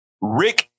Rick